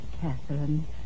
Catherine